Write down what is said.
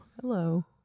Hello